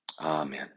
Amen